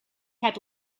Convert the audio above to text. had